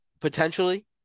potentially